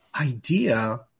idea